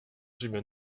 j’émets